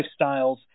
lifestyles